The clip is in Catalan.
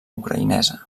ucraïnesa